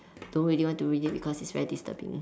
don't really want to read it because it's very disturbing